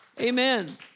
Amen